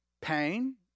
pain